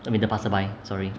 I mean the passerby sorry